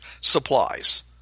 supplies